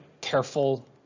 careful